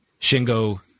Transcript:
Shingo